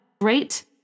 great